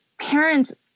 parents